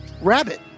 rabbit